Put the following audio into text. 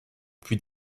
puis